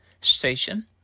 station